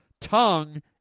tongue